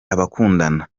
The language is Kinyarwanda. abakundana